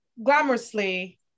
glamorously